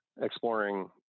Exploring